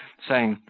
saying,